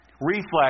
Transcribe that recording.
reflex